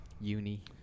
Uni